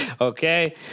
Okay